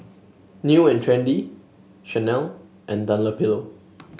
New And Trendy Chanel and Dunlopillo